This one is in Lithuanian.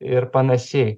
ir panašiai